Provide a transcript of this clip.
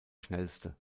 schnellste